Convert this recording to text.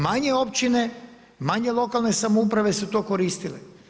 Manje općine, manje lokalne samouprave su to koristile.